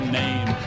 name